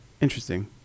Interesting